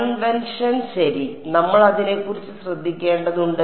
convention ശരി നമ്മൾ അതിനെക്കുറിച്ച് ശ്രദ്ധിക്കേണ്ടതുണ്ട്